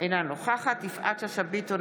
אינה נוכחת יפעת שאשא ביטון,